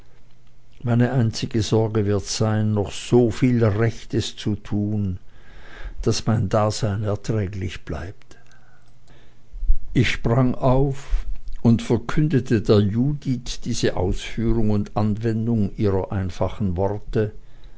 meine einzige sorge wird sein noch so viel rechtes zu tun daß mein dasein erträglich bleibt ich sprang auf und verkündete der judith diese ausführung und anwendung ihrer einfachen worte